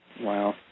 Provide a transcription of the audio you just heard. Wow